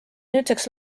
nüüdseks